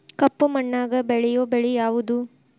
ಕಪ್ಪು ಮಣ್ಣಾಗ ಬೆಳೆಯೋ ಬೆಳಿ ಯಾವುದು?